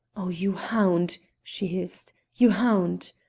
oh, you hound! she hissed, you hound!